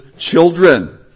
children